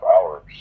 hours